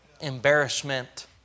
embarrassment